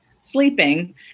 sleeping